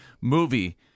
movie